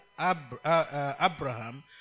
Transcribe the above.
Abraham